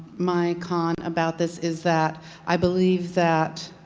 my con about this is that i believe that